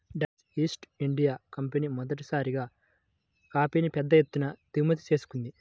Dutch East India company మొదటిసారిగా కాఫీని పెద్ద ఎత్తున దిగుమతి చేసుకుంది